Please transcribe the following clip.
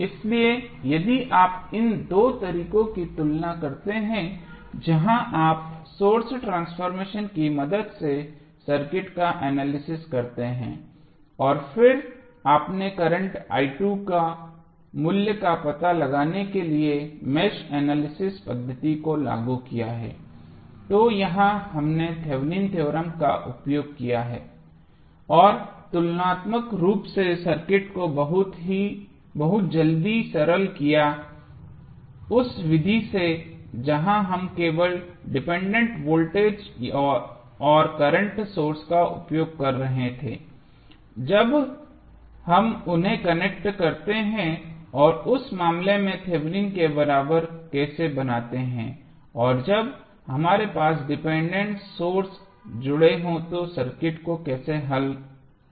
इसलिए यदि आप इन दो तरीकों की तुलना करते हैं जहां आप सोर्स ट्रांसफॉर्मेशन की मदद से सर्किट का एनालिसिस करते हैं और फिर आपने करंट के मूल्य का पता लगाने के लिए मेष एनालिसिस पद्धति को लागू किया है तो यहां हमने थेवेनिन थ्योरम का उपयोग किया और तुलनात्मक रूप से सर्किट को बहुत जल्दी सरल किया उस विधि से जहां हम केवल डिपेंडेंट वोल्टेज और करंट सोर्स का उपयोग कर रहे थे जब हम उन्हें कनेक्ट करते हैं और उस मामले में थेवेनिन के बराबर कैसे बनाते हैं और जब हमारे पास डिपेंडेंट सोर्स जुड़े हों तो सर्किट को कैसे हल करें